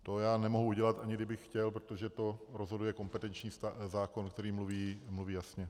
To já nemohu udělat, ani kdybych chtěl, protože to rozhoduje kompetenční zákon, který mluví jasně.